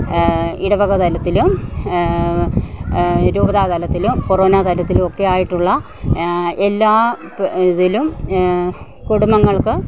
ഇടവക തലത്തിലും രൂപത തലത്തിലും ഫൊറോന തലത്തിലും ഒക്കെ ആയിട്ടുള്ള എല്ലാ ഇതിലും കുടുംബങ്ങൾക്ക്